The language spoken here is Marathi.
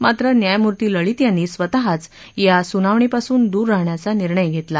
मात्र न्यायमूर्ती लळित यांनी स्वतःच या सुनावणीपासून दूर राहण्याचा निर्णय घेतला